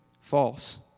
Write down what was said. false